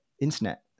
internet